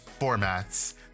formats